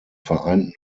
vereinten